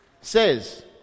says